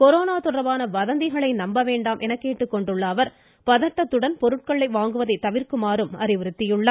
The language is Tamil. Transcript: கொரோனா தொடர்பான வதந்திகளை நம்ப வேண்டாம் என கூறியுள்ள அவர் பதட்டத்துடன் பொருட்களை வாங்குவதை தவிர்க்குமாறும் அறிவுறுத்தியுள்ளார்